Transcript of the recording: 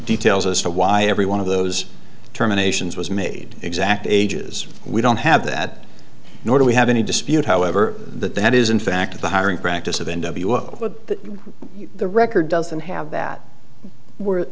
details as to why every one of those terminations was made exact ages we don't have that nor do we have any dispute however that that is in fact the hiring practice of n w of the record doesn't have that where it